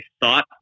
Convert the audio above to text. thought